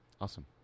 Awesome